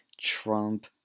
Trump